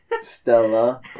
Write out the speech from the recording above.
Stella